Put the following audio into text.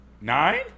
Nine